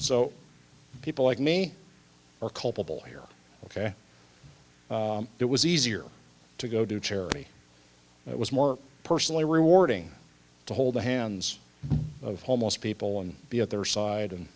so people like me are culpable here ok it was easier to go to charity it was more personally rewarding to hold the hands of homeless people on the other side and